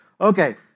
Okay